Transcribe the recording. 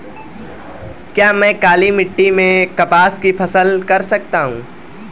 क्या मैं काली मिट्टी में कपास की फसल कर सकता हूँ?